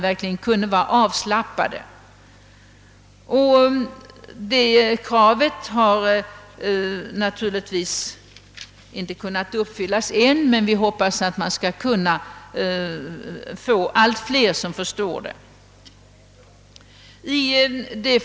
Detta krav har naturligtvis inte kunnat uppfyllas ännu, men vi hoppas att allt fler skall lära sig förstå de dövas språk.